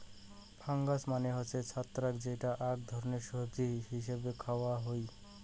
fungus মানে হসে ছত্রাক যেইটা আক ধরণের সবজি হিছেবে খায়া হই